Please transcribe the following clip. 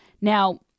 Now